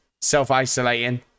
self-isolating